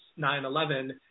9-11